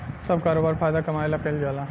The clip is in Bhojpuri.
सब करोबार फायदा कमाए ला कईल जाल